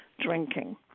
drinking